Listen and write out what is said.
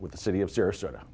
with the city of sarasota